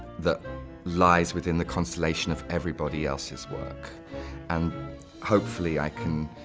that lies within the constellation of everybody else's work and hopefully i can